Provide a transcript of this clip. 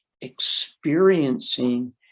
experiencing